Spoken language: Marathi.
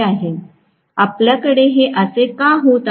आपल्याकडे हे असे का होत आहे